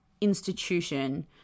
institution